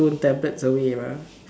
stone tablets away mah